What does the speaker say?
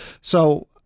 So-